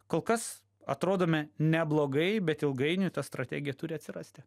kol kas atrodome neblogai bet ilgainiui ta strategija turi atsirasti